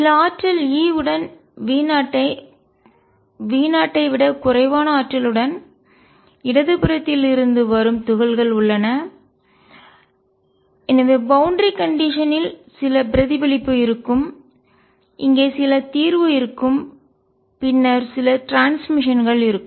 சில ஆற்றல் E உடன் V0 ஐ விட குறைவான ஆற்றலுடன் இடதுபுறத்தில் இருந்து வரும் துகள்கள் உள்ளன எனவே பௌண்டரி கண்டிஷன்எல்லை நிலை ஆல் சில பிரதிபலிப்பு இருக்கும் இங்கே சில தீர்வு இருக்கும் பின்னர் சில ட்ரான்ஸ்மிஷன் பரிமாற்றங்கள் இருக்கும்